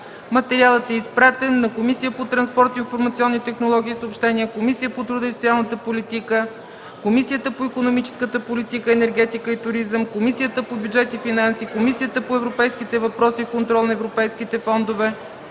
материалът е изпратен на Комисията по транспорт, информационни технологии и съобщения, Комисията по труда и социалната политика, Комисията по икономическата политика, енергетика и туризъм, Комисията по бюджет и финанси, Комисията по европейските въпроси и контрол на европейските фондове,